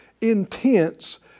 intense